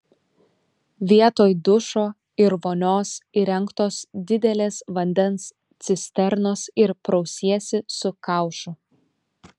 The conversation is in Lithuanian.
vietoj dušo ir vonios įrengtos didelės vandens cisternos ir prausiesi su kaušu